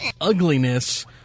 ugliness